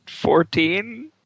Fourteen